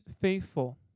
faithful